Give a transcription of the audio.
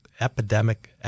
epidemic